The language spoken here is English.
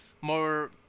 more